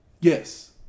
Yes